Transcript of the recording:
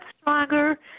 stronger